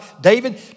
David